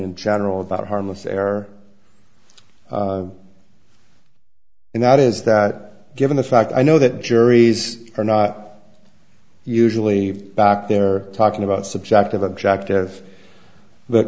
in general about harmless error and that is that given the fact i know that juries are not usually back they're talking about subjective objective but